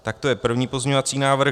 Tak to je první pozměňovací návrh.